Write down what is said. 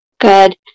good